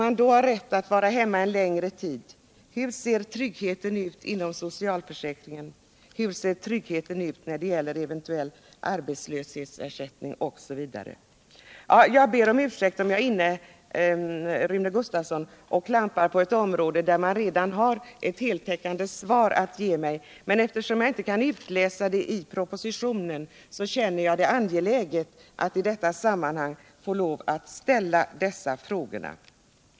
Om modern har rätt att vara hemma en längre tid, hur ser då tryggheten för henne ut inom socialförsäkringens ram. hur ser tryggheten ut 50 när det gäller eventuell arbetslöshetsersättning osv.? Jag ber om ursäkt, Rune Gustavsson. om jag är inne och klampar på ou område där det redan finns ett heltäckande svar att ge mig, men eftersom jag inte kan utläsa det svaret i propositionen känner jag det angeläget att i detta sammanhang få ställa dessa frågor.